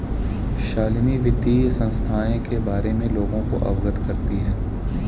शालिनी वित्तीय संस्थाएं के बारे में लोगों को अवगत करती है